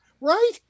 Right